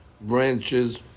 Branches